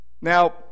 Now